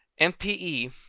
MPE